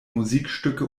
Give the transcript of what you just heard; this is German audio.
musikstücke